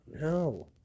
No